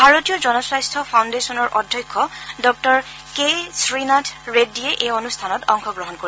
ভাৰতীয় জনস্বাস্থ্য ফাউণ্ডেশ্যনৰ অধ্যক্ষ ডাঃ কে শ্ৰীনাথ ৰেড্ডিয়ে এই অনুষ্ঠানত অংশগ্ৰহণ কৰিব